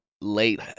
late